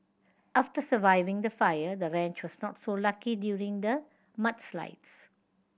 after surviving the fire the ranch was not so lucky during the mudslides